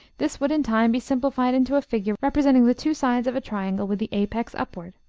this would in time be simplified into a figure representing the two sides of a triangle with the apex upward,